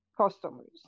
Customers